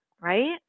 right